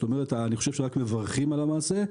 אני חושב שרק מברכים על המעשה.